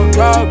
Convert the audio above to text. go